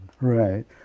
Right